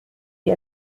die